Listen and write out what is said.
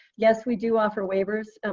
yes, we do offer waivers,